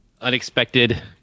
unexpected